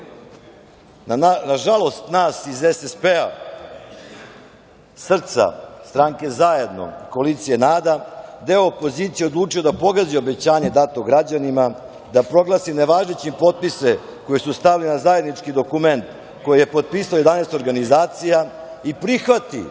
žalost nas iz SSP, SRCA, Stranke Zajedno, koalicije NADA, deo opozicije odlučio je da pogazi obećanje dato građanima da proglasi nevažećim potpise koje su stavili na zajednički dokument, koji je potpisalo 11 organizacija i prihvati,